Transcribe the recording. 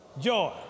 Joy